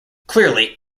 clearly